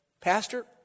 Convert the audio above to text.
Pastor